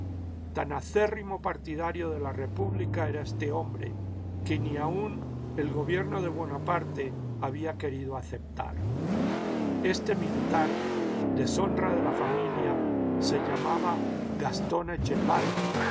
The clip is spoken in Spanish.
tan acérrimo partidario de la república era este hombre que ni aun el gobierno de buonaparte había querido aceptar este mihtar deshonra de la famiha se llamaba gastón